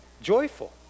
Joyful